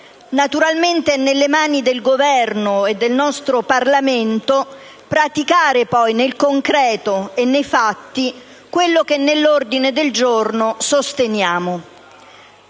Naturalmente, è nelle mani del Governo e del nostro Parlamento praticare poi nel concreto e nei fatti quello che nell'ordine del giorno sosteniamo.